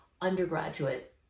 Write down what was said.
undergraduate